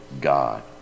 God